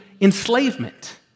enslavement